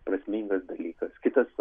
prasmingas dalykas kitas